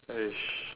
!hais!